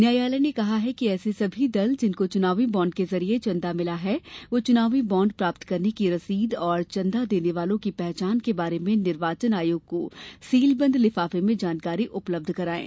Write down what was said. न्यायालय ने कहा है कि ऐसे सभी दल जिनको चुनावी बॉन्ड के जरिए चंदा मिला है वो चुनावी बाँड प्राप्त करने की रसीद और चंदा देने वालों की पहचान के बारे में निर्वाचन आयोग को सीलबंद लिफाफे में जानकारी उपलब्ध कराएं